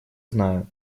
знаю